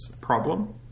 problem